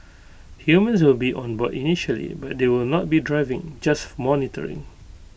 humans will be on board initially but they will not be driving just monitoring